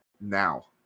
Now